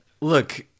Look